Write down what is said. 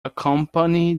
accompany